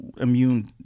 immune